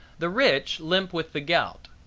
the rich limp with the gout,